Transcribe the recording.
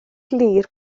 glir